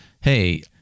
hey